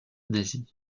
nazie